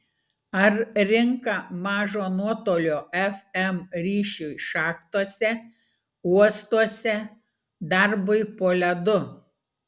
ar rinka mažo nuotolio fm ryšiui šachtose uostuose darbui po ledu